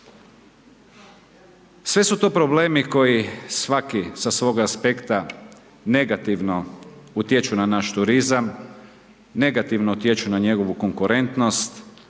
Sve su to problemi koji svaki sa svog aspekta negativno utječu na naš turizam, negativno utječu na njegovu konkurentnost,